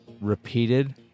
repeated